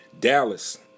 Dallas